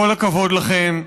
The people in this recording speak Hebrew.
כל הכבוד לכן.